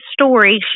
story